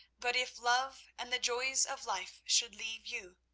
but if love and the joys of life should leave you,